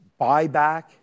Buyback